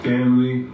Family